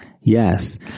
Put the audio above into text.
Yes